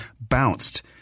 bounced